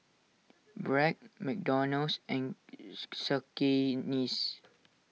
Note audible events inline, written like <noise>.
Bragg McDonald's and <noise> Cakenis